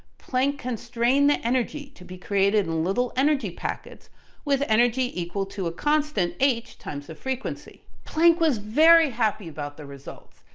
planck constrained the energy to be created in little energy packets with energy equal to a constant h times the frequency. planck was very happy about the results,